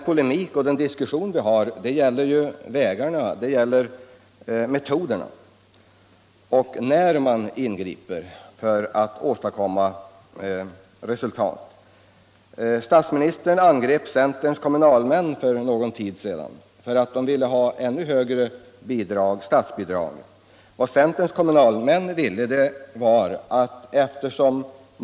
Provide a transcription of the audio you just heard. Polemiken och diskussionen gäller metoderna och vid vilken tidpunkt man skall ingripa för att åstadkomma resultat. Statsministern angrep centerns kommunalmän för att de ville ha ännu högre statsbidrag för dessa uppgifter.